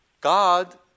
God